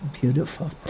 beautiful